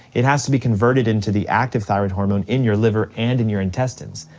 it has to be converted into the active thyroid hormone in your liver and in your intestines.